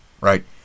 right